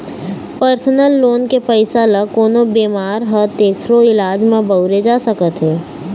personal loan के पइसा ल कोनो बेमार हे तेखरो इलाज म बउरे जा सकत हे